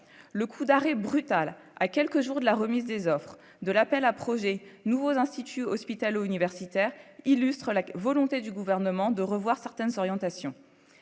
le coup d'arrêt brutal à quelques jours de la remise des offres de l'appel à projets nouveaux instituts hospitalo-universitaires, illustre la volonté du gouvernement de revoir certaines orientations